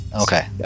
okay